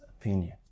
opinion